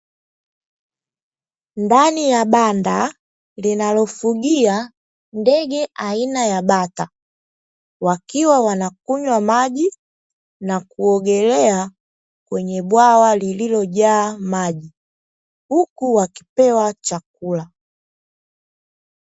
Ndani ya banda linalofugia ndege aina ya bata, wakiwa wanakunywa maji na kuogelea kwenye bwawa, lililojaa maji huku wakipewa chakula.